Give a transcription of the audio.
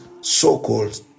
so-called